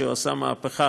שעושה מהפכה